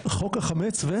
חוק החמץ ו-?